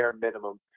minimum